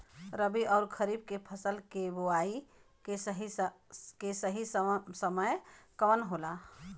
रबी अउर खरीफ के फसल के बोआई के सही समय कवन होला?